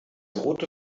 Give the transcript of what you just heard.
rote